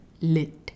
Lit